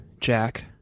Jack